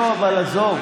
לא, אבל עזוב.